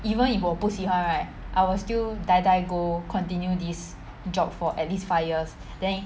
even if 我不喜欢 right I will still die die go continue this job for at least five years then